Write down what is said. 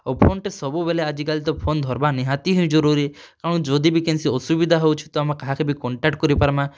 ଆଉ ଫୋନ୍ ଟେ ସବୁବେଲେ ଆଜିକାଲି ତ ଫୋନ୍ ଧର୍ବାର୍ ନିହାତି ହିଁ ଜରୁରୀ କାରଣ୍ ଯଦି ବି କେନ୍ସି ଅସୁବିଧା ହେଉଛେ ତ ଆମେ କାହାକେ ବି କଣ୍ଟାକ୍ଟ୍ କରିପାର୍ମା